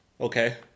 Okay